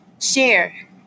Share